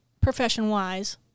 profession-wise